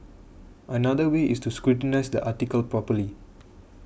another way is to scrutinise the article properly